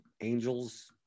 Angels